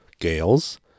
gales